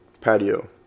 Patio